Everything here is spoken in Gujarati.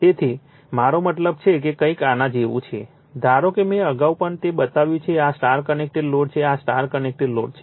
તેથી મારો મતલબ છે કે તે કંઈક આના જેવું છે ધારો કે મેં અગાઉ પણ તે બનાવ્યું છે આ સ્ટાર કનેક્ટેડ લોડ છે આ સ્ટાર કનેક્ટેડ લોડ છે